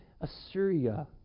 Assyria